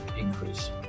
increase